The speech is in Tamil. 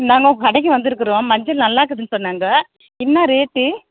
நாங்கள் உங்கள் கடைக்கு வந்திருக்குறோம் மஞ்சள் நல்லா இருக்குதுன்னு சொன்னாங்க என்னா ரேட்